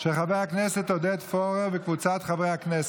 של חבר הכנסת עודד פורר וקבוצת חברי הכנסת.